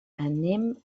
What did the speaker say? anem